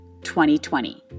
2020